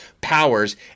powers